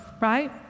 right